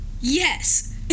Yes